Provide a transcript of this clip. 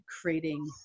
creating